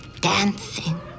dancing